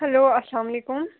hello السلام علیکُم